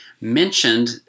mentioned